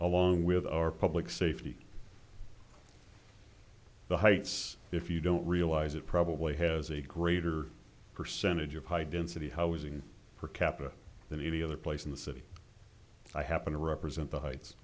along with our public safety the heights if you don't realize it probably has a greater percentage of high density housing for capita than any other place in the city i happen to represent the heights